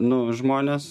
nu žmonės